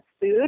food